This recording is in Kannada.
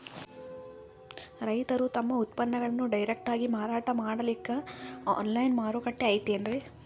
ರೈತರು ತಮ್ಮ ಉತ್ಪನ್ನಗಳನ್ನು ಡೈರೆಕ್ಟ್ ಆಗಿ ಮಾರಾಟ ಮಾಡಲಿಕ್ಕ ಆನ್ಲೈನ್ ಮಾರುಕಟ್ಟೆ ಐತೇನ್ರೀ?